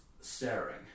staring